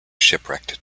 shipwrecked